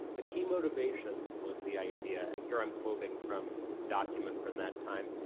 a key motivation was the idea, and here i'm quoting from document from that time,